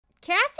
Cassie